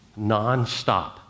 nonstop